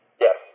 Yes